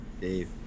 Dave